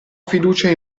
fiducia